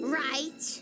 right